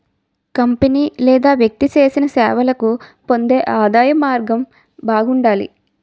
company లేదా వ్యక్తి చేసిన సేవలకు పొందే ఆదాయం మార్గం బాగుండాలి